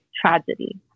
tragedy